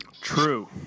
True